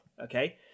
okay